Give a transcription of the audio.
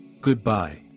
Goodbye